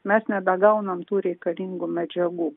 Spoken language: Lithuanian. mes nebegauname tų reikalingų medžiagų